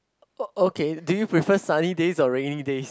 oh okay do you prefer sunny days or rainy days